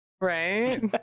Right